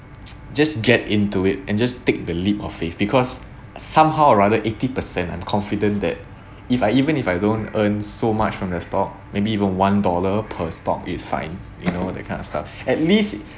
just get into it and just take the leap of faith because somehow or rather eighty percent I'm confident that if I even if I don't earn so much from the stock maybe even one dollar per stock it's fine you know that kind of stuff at least